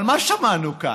אבל מה שמענו כאן?